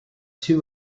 two